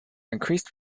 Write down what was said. increased